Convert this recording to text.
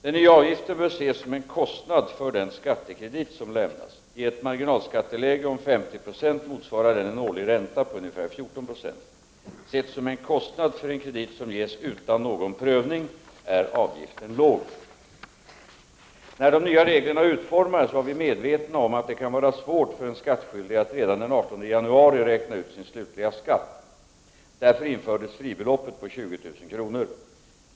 Den nya avgiften bör ses som en kostnad för den skattekredit som lämnas. I ett marginalskatteläge om 50 26 motsvarar den en årlig ränta på ungefär 14 90. Sett som en kostnad för en kredit som ges utan någon prövning är avgiften låg. När de nya reglerna utformades var vi medvetna om att det kan vara svårt för en skattskyldig att redan den 18 januari räkna ut sin slutliga skatt. Därför infördes fribeloppet på 20 000 kr.